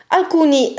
alcuni